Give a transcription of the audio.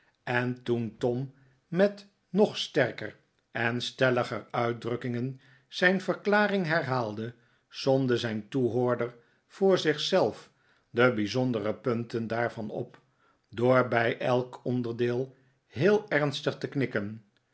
en toen tom met nog sterker en stelliger uitdrukkingen zijn verklaring herhaalde somde zijn toehoorder voor zich zelf de bijzondere punten daarvan op door bij elk onderdeel heel ernstig te knikken